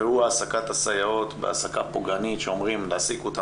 והוא העסקת הסייעות בהעסקה פוגענית שאומרים להעסיק אותם